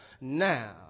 now